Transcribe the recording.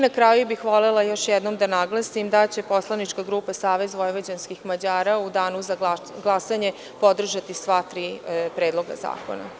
Na kraju bih volela još jednom da naglasim da će poslanička grupa SVM u danu za glasanje podržati sva tri predloga zakona.